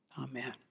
Amen